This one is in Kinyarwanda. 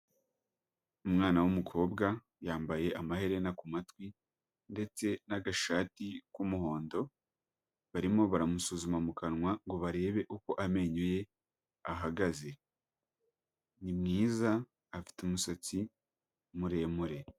Umwana w'umukobwa yambaye amaherena ku matwi ndetse n'agashati k'umuhondo barimo baramusuzuma mu kanwa ngo barebe uko amenyoye ahagaze, nimwiza afite umusatsi muremure.